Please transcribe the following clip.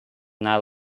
not